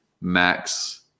max